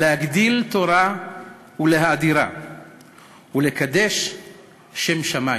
להגדיל תורה ולהאדירה ולקדש שם שמים.